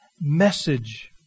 message